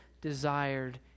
desired